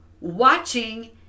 watching